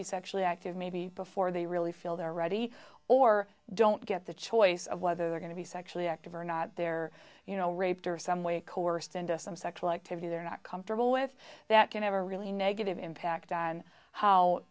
be sexually active maybe before they really feel they're ready or don't get the choice of whether they're going to be sexually active or not they're you know raped or some way coerced into some sexual activity they're not comfortable with that can ever really negative impact on how